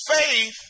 Faith